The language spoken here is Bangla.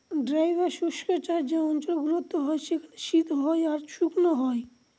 ড্রাই বা শুস্ক চাষ যে অঞ্চল গুলোতে হয় সেখানে শীত হয় আর শুকনো হয়